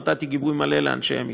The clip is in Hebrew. נתתי גיבוי מלא לאנשי המקצוע.